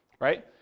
right